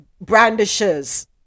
brandishes